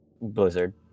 blizzard